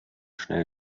schnell